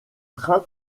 trains